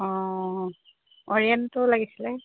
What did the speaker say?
অঁ অ'ৰিয়েণ্টটো লাগিছিলে